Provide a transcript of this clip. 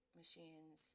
machines